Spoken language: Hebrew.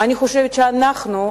אני חושבת שאנחנו,